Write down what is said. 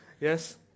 Yes